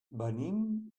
venim